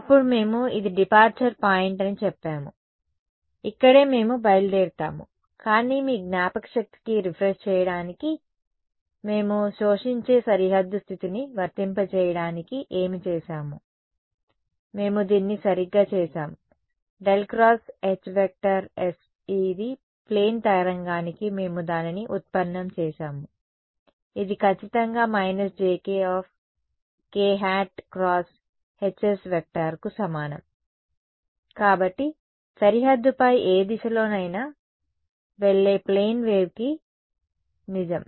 అప్పుడు మేము ఇది డిపార్చర్ పాయింట్ అని చెప్పాము ఇక్కడే మేము బయలుదేరుతాము కానీ మీ జ్ఞాపకశక్తిని రిఫ్రెష్ చేయడానికి మేము శోషించే సరిహద్దు స్థితిని వర్తింపజేయడానికి ఏమి చేసాము మేము దీన్ని సరిగ్గా చేసాము ∇× Hs ఇది ప్లేన్ తరంగానికి మేము దానిని ఉత్పన్నం చేసాము ఇది ఖచ్చితంగా − jkk × Hs కు సమానం కాబట్టి సరిహద్దుపై ఏ దిశలో నైనా వెళ్లే ప్లేన్ వేవ్ కి నిజం